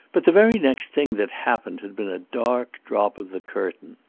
but the very next thing that happened had been a dark drop of the curtain.